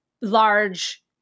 large